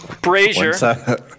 Brazier